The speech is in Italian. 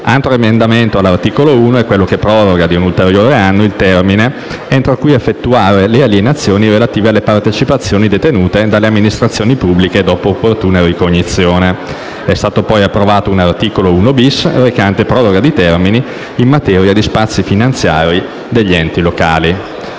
Altro emendamento all'articolo 1 è quello che proroga di un ulteriore anno il termine entro cui effettuare le alienazioni relative alle partecipazioni detenute dalle amministrazioni pubbliche dopo opportuna ricognizione. È stato poi approvato un articolo 1-*bis*, recante proroga di termini in materia di spazi finanziari degli enti locali.